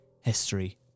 History